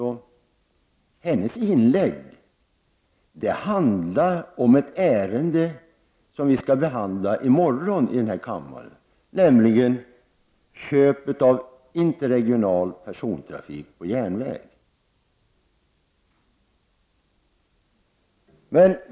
Hennes inlägg gällde ett ärende som kammaren skall behandla i morgon, nämligen köpet av interregional persontrafik på järnväg.